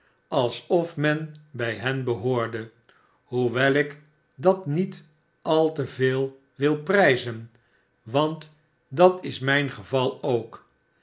alsof men bij hen behoorde hoewel ik dat niet al te veel wil prijzen want dat is mijn geval ook